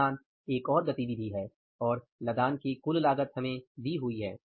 लदान एक और गतिविधि है और लदान की कुल लागत हमें दी हुई है